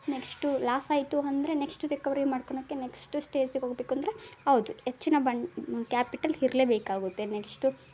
next loss ಆಯಿತು ಅಂದ್ರೆ next recovery ಮಾಡ್ಕೊಣಕ್ಕೆ ನೆಕ್ಷ್ಟ್ ಸ್ಟೇಜಿಗೆ ಹೋಗಬೇಕು ಅಂದರೆ ಹೌದು ಹೆಚ್ಚಿನ ಬಂಡ್ ಕ್ಯಾಪಿಟಲ್ ಇರ್ಲೇಬೇಕಾಗುತ್ತೆ ನೆಕ್ಷ್ಟು